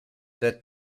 that